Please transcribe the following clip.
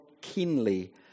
keenly